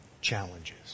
challenges